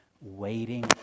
waiting